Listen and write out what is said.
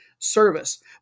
Service